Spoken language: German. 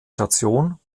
station